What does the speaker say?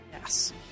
Yes